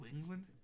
England